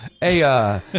Hey